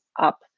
up